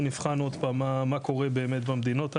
אנחנו נבחן עוד פעם מה קורה באמת במדינות האלה,